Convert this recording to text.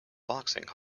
boxing